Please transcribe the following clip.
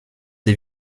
des